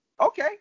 Okay